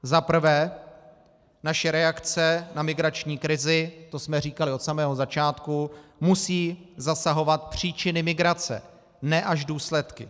Za prvé, naše reakce na migrační krizi, to jsme říkali od samého začátku, musí zasahovat příčiny migrace, ne až důsledky.